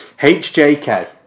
HJK